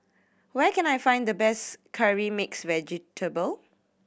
where can I find the best Curry Mixed Vegetable